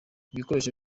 ibikoresho